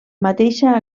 mateixa